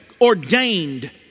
ordained